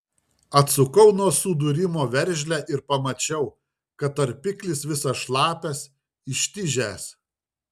atsukau nuo sudūrimo veržlę ir pamačiau kad tarpiklis visas šlapias ištižęs